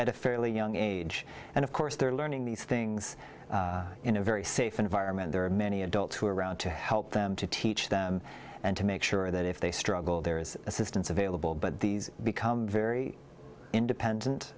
at a fairly young age and of course they're learning these things in a very safe environment there are many adults who are around to help them to teach them and to make sure that if they struggle there is assistance available but these become very independent